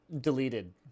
deleted